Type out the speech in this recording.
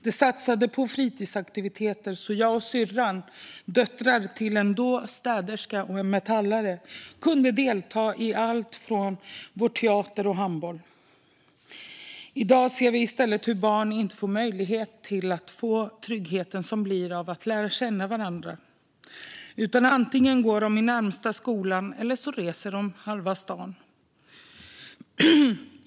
Det satsades på fritidsaktiviteter, så jag och syrran - då döttrar till en städerska och en metallare - kunde delta i allt från Vår teater till handboll. I dag ser vi i stället hur barn inte ges möjlighet att få tryggheten som kommer av att lära känna varandra utan antingen går i den närmaste skolan eller reser över halva stan.